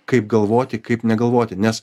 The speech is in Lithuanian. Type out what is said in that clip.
kaip galvoti kaip negalvoti nes